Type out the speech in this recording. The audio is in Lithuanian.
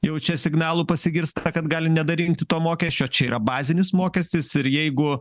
jau čia signalų pasigirsta kad gali nedarinkti to mokesčio čia yra bazinis mokestis ir jeigu